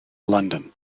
london